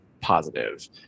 positive